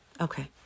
Okay